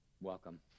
welcome